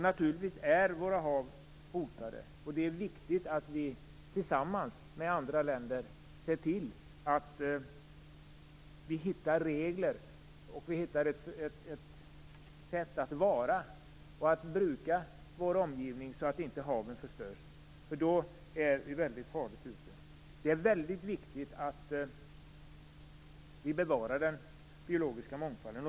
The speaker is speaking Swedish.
Våra hav är hotade, och det är viktigt att vi tillsammans med andra länder ser till att hitta regler och ett sätt att bruka vår omgivning, så att inte haven förstörs. Då skulle vi vara illa ute. Det är ytterst viktigt att vi bevarar den biologiska mångfalden.